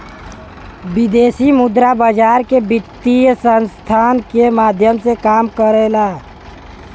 विदेशी मुद्रा बाजार वित्तीय संस्थान के माध्यम से काम करला